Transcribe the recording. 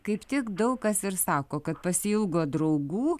kaip tik daug kas ir sako kad pasiilgo draugų